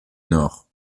nord